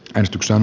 kristuksen